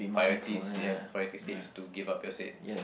priority seat priority seat is to give up your seat